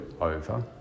over